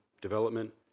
development